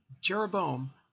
Jeroboam